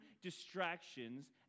distractions